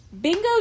Bingo